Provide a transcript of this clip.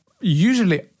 usually